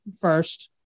first